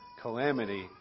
calamity